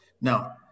Now